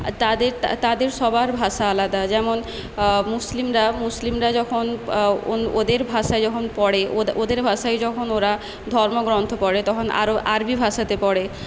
তাদের তা তাদের সবার ভাষা আলাদা যেমন মুসলিমরা মুসলিমরা যখন ও ওদের ভাষা যখন পড়ে ও ওদের ভাষায় যখন ওরা ধর্মগ্রন্থ পড়ে তখন আরো আরবি ভাষাতে পড়ে